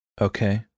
Okay